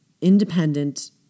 independent